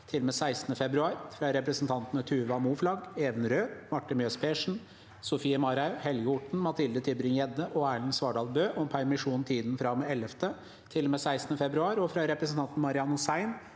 til og med 16. februar, fra representantene Tuva Moflag, Even A. Røed, Marte Mjøs Persen, Sofie Marhaug, Helge Orten, Mathilde Tybring-Gjedde og Erlend Svardal Bøe om permi- sjon i tiden fra og med 11. til og med 16. februar, og fra representanten Marian Hussein